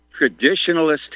traditionalist